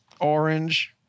Orange